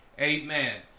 Amen